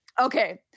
okay